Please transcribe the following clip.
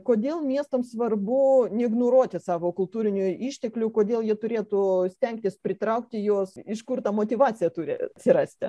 kodėl miestams svarbu neignoruoti savo kultūrinių išteklių kodėl ji turėtų stengtis pritraukti juos iš kur ta motyvacija turi atsirasti